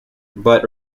but